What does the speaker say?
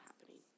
happening